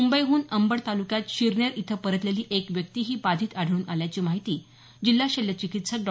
म्ंबईहून अंबड तालुक्यात शिरनेर इथ परतलेली एक व्यक्तीही बाधित आढळून आल्याची माहिती जिल्हा शल्य चिकित्सक डॉ